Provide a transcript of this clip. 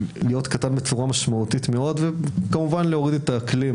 להתמעט בצורה משמעותית ולהוריד את האקלים